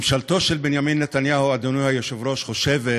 ממשלתו של בנימין נתניהו, אדוני היושב-ראש, חושבת